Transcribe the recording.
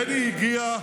בני הגיע,